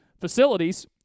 facilities